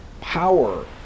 power